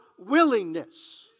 willingness